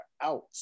out